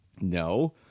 No